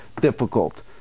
difficult